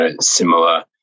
similar